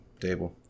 table